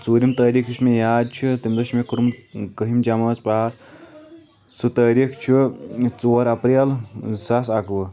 ژوٗرِم تٲریٖخ یُس مےٚ یاد چھُ تمہِ دۄہ چھُ مےٚ کوٚرمُت کٔہِم جمٲژ پاس سُہ تٲریٖخ چھُ ژور اپریل زٕ ساس اکوُہ